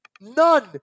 None